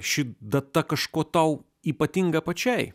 ši data kažkuo tau ypatinga pačiai